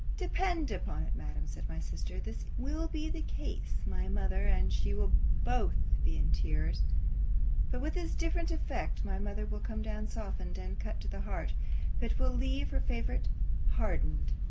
depend upon it, madam, said my sister, this will be the case my mother and she will both be in tears but with this different effect my mother will come down softened, and cut to the heart but will leave her favourite hardened,